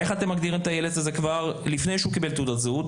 איך אתם מגדירים את הילד הזה לפני שהוא קיבל תעודת זהות?